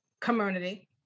community